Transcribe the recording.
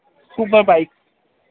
super bike